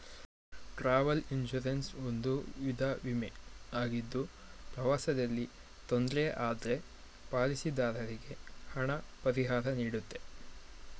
travel insurance ಒಂದು ವಿಧ ವಿಮೆ ಆಗಿದ್ದು ಪ್ರವಾಸದಲ್ಲಿ ತೊಂದ್ರೆ ಆದ್ರೆ ಪಾಲಿಸಿದಾರರಿಗೆ ಹಣ ಪರಿಹಾರನೀಡುತ್ತೆ